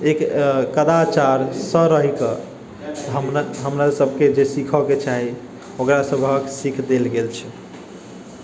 एक कदाचारसँ रहि कऽ हमरा सबके जे सीखऽके चाही ओकरा सबहक सीख देल गेल छै